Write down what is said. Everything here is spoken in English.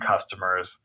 customers